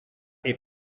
est